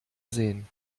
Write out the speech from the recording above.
sähen